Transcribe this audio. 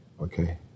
okay